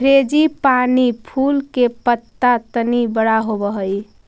frangipani फूल के पत्त्ता तनी बड़ा होवऽ हई